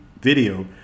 video